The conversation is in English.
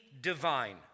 divine